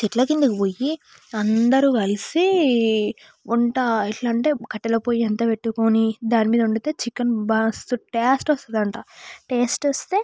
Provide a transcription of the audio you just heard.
చెట్ల కిందకు పోయి అందరు కలిసి వంట ఎట్లా అంటే కట్టెల పొయ్యి అంతా పెట్టుకొని దాని మీద వండితే చికెన్ బాగా మస్త్ టేస్ట్ వస్తుందంట టేస్ట్ వస్తే